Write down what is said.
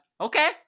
okay